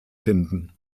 finden